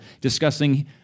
discussing